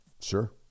Sure